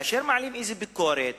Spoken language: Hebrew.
כאשר מעלים איזו ביקורת,